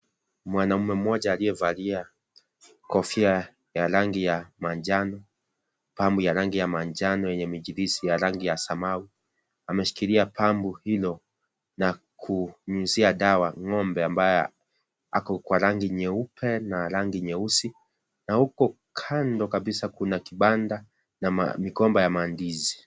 Mwanaume mmoja aliyevalia kofia ya rangi ya manjano, pambu ya rangi ya manjano yenye mijirizi ya rangi ya samau ameshikilia pambo hilo na kunyunyizia dawa ng'ombe ambaye ako kwa rangi nyeupe na rangi nyeusi na huko kando kabisa kuna kibanda na migomba ya ndizi